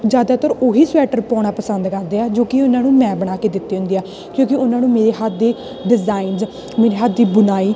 ਜ਼ਿਆਦਾਤਰ ਉਹੀ ਸਵੈਟਰ ਪਾਉਣਾ ਪਸੰਦ ਕਰਦੇ ਆ ਜੋ ਕਿ ਉਹਨਾਂ ਨੂੰ ਮੈਂ ਬਣਾ ਕੇ ਦਿੱਤੇ ਹੁੰਦੇ ਆ ਕਿਉਂਕਿ ਉਹਨਾਂ ਨੂੰ ਮੇਰੇ ਹੱਥ ਦੇ ਡਿਜ਼ਾਇਨਜ਼ ਮੇਰੇ ਹੱਥ ਦੀ ਬੁਣਾਈ